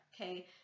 okay